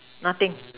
nothing